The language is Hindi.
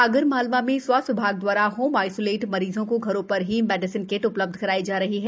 आगर मालवा में स्वास्थ्य विभाग दवारा होम आईसोलेट मरीजों को घरों पर ही मेडिसिन किट उपलब्ध कराई जा रही है